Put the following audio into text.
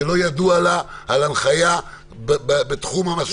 שלא ידוע לה על הנחיה בתחום המסכות.